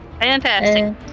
Fantastic